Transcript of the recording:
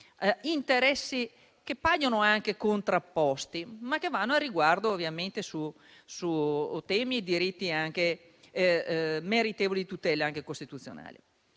interessi che paiono anche contrapposti, ma che vanno a incidere su temi e diritti meritevoli di tutele anche costituzionali.